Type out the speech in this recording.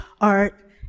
art